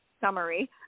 summary